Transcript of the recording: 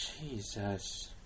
Jesus